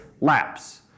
laps